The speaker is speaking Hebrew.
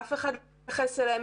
אף אחד לא מתייחס אליהם,